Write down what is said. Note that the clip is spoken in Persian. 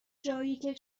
جاییکه